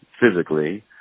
physically